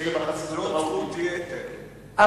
זאת זכות יתר,